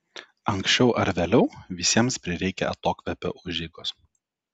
anksčiau ar vėliau visiems prireikia atokvėpio užeigos